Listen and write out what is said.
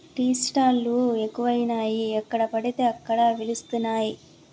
tea stall లు ఎక్కువయినాయి ఎక్కడ పడితే అక్కడ వెలుస్తానయ్